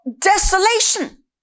desolation